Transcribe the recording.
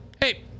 hey